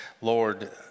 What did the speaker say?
Lord